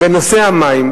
שנושא המים,